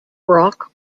brock